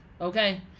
okay